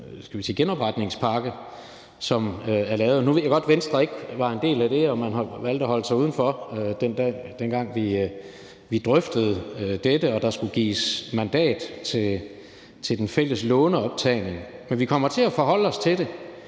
genopretningspakke, som er lavet. Nu ved jeg godt, at Venstre ikke var en del af det og valgte at holde sig udenfor, dengang vi drøftede dette og der skulle gives mandat til den fælles låneoptagning. Men vi kommer til at forholde os til det.